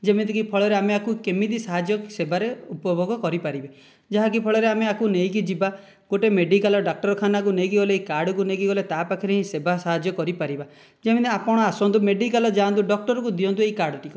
ଯେମିତିକି ଫଳରେ ଆମେ ଏହାକୁ କେମିତି ସାହାଯ୍ୟ ସେବାରେ ଉପଭୋଗ କରିପାରିବେ ଯାହାକି ଫଳରେ ଆମେ ଏହାକୁ ନେଇକି ଯିବା ଗୋଟିଏ ମେଡ଼ିକାଲ୍ ଡାକ୍ତରଖାନାକୁ ନେଇକି ଗଲେ କାର୍ଡ଼କୁ ନେଇକି ଗଲେ ତା ପାଖରେ ହିଁ ସେବା ସାହାଯ୍ୟ କରି ପାରିବା ଯେମିତି ଆପଣ ଆସନ୍ତୁ ମେଡ଼ିକାଲ୍ ଯାଆନ୍ତୁ ଡକ୍ଟରଙ୍କୁ ଦିଅନ୍ତୁ ଏହି କାର୍ଡ଼ଟିକୁ